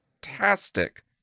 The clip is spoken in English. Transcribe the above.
Fantastic